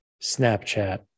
Snapchat